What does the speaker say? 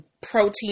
protein